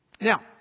Now